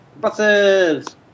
Buses